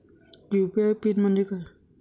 UPI PIN म्हणजे काय?